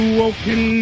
woken